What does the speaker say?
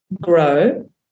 grow